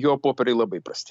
jo popieriai labai prasti